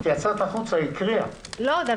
את יצאת החוצה, היא קראה זאת.